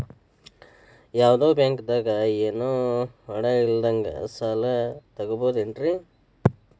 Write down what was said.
ಯಾವ್ದೋ ಬ್ಯಾಂಕ್ ದಾಗ ಏನು ಅಡ ಇಲ್ಲದಂಗ ಸಾಲ ತಗೋಬಹುದೇನ್ರಿ?